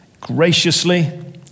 graciously